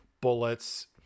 bullets